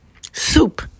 soup